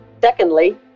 Secondly